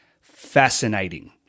fascinating